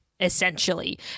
Essentially